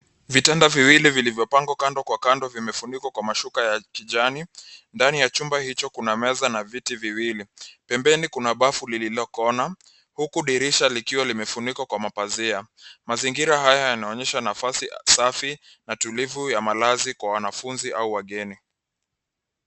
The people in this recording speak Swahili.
Vitanda viwili vilivyopangwa kando kwa kando vimefunikwa kwa mashuka ya kijani. Ndani ya chumba hicho kuna meza na viti viwili. Pembeni kuna bafo lililo kona huku dirisha likiwa limefunikwa kwa mapazia. Mazingira haya yanaonyesha nafasi safi na tulivu ya malazi kwa wanafunzi au wageni.